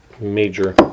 major